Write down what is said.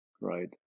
right